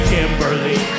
Kimberly